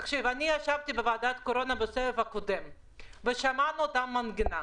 ישבתי בוועדת הקורונה בסגר הקודם ושמענו את אותה מנגינה,